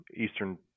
eastern